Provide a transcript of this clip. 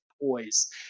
poise